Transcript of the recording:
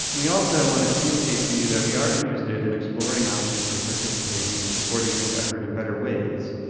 we also want to communicate to you that we are interested in exploring options for participating and supporting this effort in better ways.